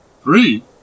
Three